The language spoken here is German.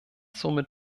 somit